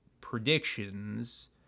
predictions